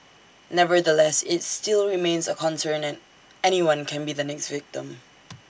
nevertheless IT still remains A concern and anyone can be the next victim